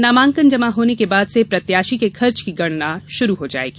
नामांकन जमा होने के बाद से प्रत्याशी के खर्च की गणना शुरू हो जाएगी